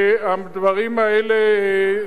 והדברים האלה,